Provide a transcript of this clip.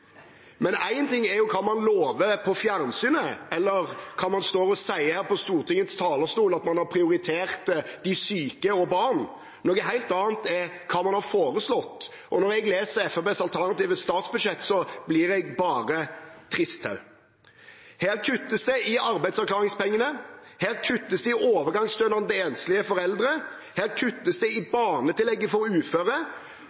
en kommunist-haug. Men én ting er jo hva man lover på fjernsynet, eller hva man står og sier på Stortingets talerstol, at man har prioritert de syke og barn. Noe helt annet er hva man har foreslått. Og når jeg leser Fremskrittspartiets alternative statsbudsjett, blir jeg bare trist. Her kuttes det i arbeidsavklaringspengene, her kuttes det i overgangsstønaden til enslige foreldre, her kuttes det i